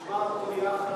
גם נשמר פה יחס,